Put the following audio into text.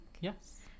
Yes